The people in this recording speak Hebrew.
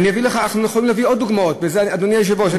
אנחנו יכולים להביא עוד דוגמאות, אדוני היושב-ראש.